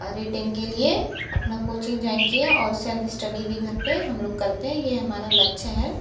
और रिटेन के लिए अपना कोचिंग जॉइन किये हैं और सेल्फ स्टडी भी घर पर हम लोग करते हैं यह हमारा लक्ष्य है